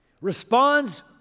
responds